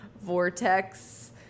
Vortex